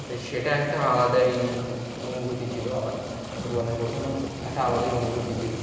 তো সেটা একটা আলাদাই অনুভূতি ছিল আমার জীবনের প্রথম একটা আলাদাই অনুভূতি ছিল